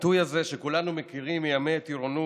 הביטוי הזה שכולנו מכירים מימי הטירונות,